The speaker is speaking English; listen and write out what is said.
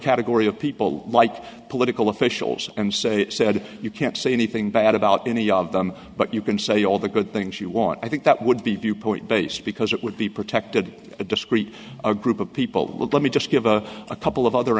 category of people like political officials and say said you can't say anything bad about any of them but you can say all the good things you want i think that would be viewpoint based because it would be protected a discreet a group of people would let me just give a couple of other